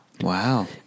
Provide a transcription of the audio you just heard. Wow